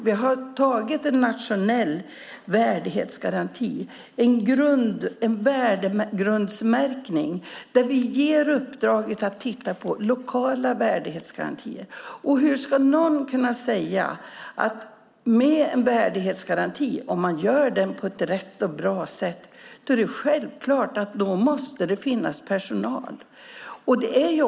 Vi har antagit en nationell värdighetsgaranti - en värdegrundsmärkning där vi ger i uppdrag att titta på lokala värdighetsgarantier. Om man genomför värdegrundsgarantin på ett riktigt och bra sätt är det självklart att det måste finnas personal.